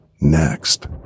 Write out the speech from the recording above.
Next